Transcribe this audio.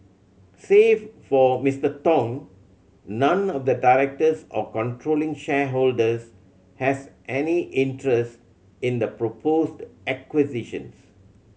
save for Mister Tong none of the directors or controlling shareholders has any interest in the proposed acquisitions